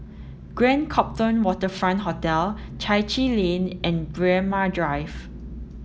Grand Copthorne Waterfront Hotel Chai Chee Lane and Braemar Drive